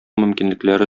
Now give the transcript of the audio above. мөмкинлекләре